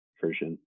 version